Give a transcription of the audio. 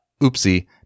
Oopsie